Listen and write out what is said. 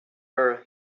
her